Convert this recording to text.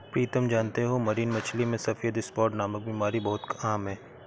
प्रीतम जानते हो मरीन मछली में सफेद स्पॉट नामक बीमारी बहुत आम है